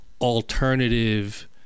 alternative